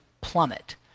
plummet